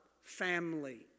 Family